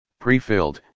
Pre-filled